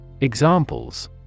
Examples